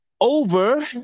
over